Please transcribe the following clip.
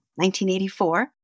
1984